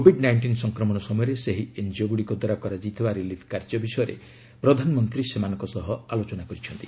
Covid nineteen ସଂକ୍ରମଣ ସମୟରେ ସେହି ଏନ୍କିଓଗୁଡ଼ିକ ଦ୍ୱାରା କରାଯାଇଥିବା ରିଲିଫ୍ କାର୍ଯ୍ୟ ବିଷୟରେ ପ୍ରଧାନମନ୍ତ୍ରୀ ସେମାନଙ୍କ ସହ ଆଲୋଚନା କରିଛନ୍ତି